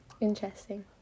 Interesting